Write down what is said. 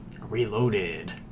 Reloaded